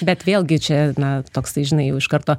bet vėlgi čia na toks tai žinai jau iš karto